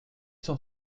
sont